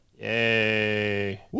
yay